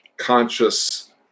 Conscious